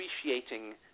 appreciating